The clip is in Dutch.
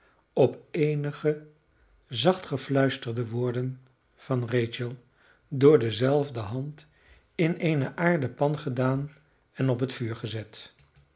op eenige zacht gefluisterde woorden van rachel door dezelfde hand in eene aarden pan gedaan en op het vuur gezet